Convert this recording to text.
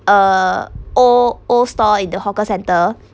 uh o~ old stall in the hawker centre